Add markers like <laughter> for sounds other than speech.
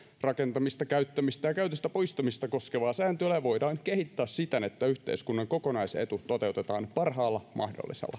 rakentamista käyttämistä ja käytöstä poistamista koskevaa sääntelyä voidaan kehittää siten että yhteiskunnan kokonaisetu toteutetaan parhaalla mahdollisella <unintelligible>